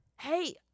Hey